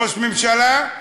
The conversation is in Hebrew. ראש ממשלה,